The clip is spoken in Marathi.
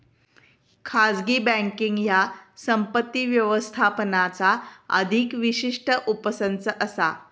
खाजगी बँकींग ह्या संपत्ती व्यवस्थापनाचा अधिक विशिष्ट उपसंच असा